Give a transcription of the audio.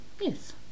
Yes